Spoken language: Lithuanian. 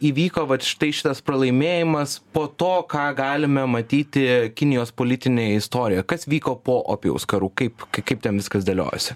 įvyko vat štai šitas pralaimėjimas po to ką galime matyti kinijos politinėj istorijoj kas vyko po opijaus karų kaip kaip ten viskas dėliojasi